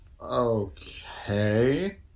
Okay